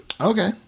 Okay